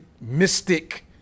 mystic